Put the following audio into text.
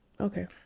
okay